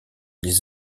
les